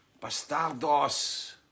Bastardos